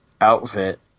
outfit